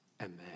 Amen